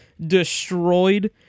destroyed